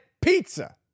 pizza